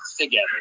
together